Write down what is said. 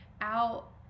out